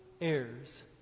heirs